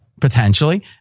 potentially